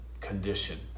condition